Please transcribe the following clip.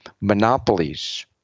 monopolies